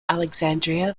alexandria